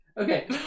Okay